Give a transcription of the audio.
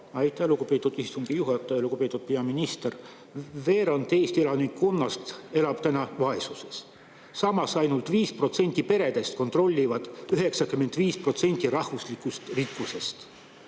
Aitäh, lugupeetud istungi juhataja! Lugupeetud peaminister! Veerand Eesti elanikkonnast elab vaesuses. Samas, ainult 5% peredest kontrollivad 95% rahvuslikust rikkusest.